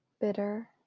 bitter